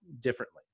differently